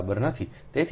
તેથી આ d 1 બરાબર 2